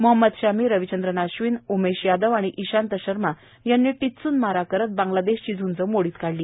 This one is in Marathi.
मोहम्मद शमी रविचंद्रन आश्विन उमेश यादव आणि इशांत शर्मा यांनी टिच्चून मारा करत बांगलादेशची झुंज मोडून काढली